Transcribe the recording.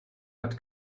hat